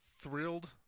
thrilled